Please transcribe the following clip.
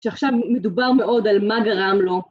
‫שעכשיו מדובר מאוד על מה גרם לו.